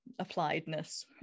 appliedness